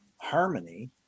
Harmony